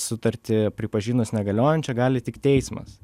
sutartį pripažinus negaliojančia gali tik teismas